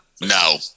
No